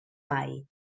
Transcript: mai